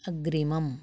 अग्रिमम्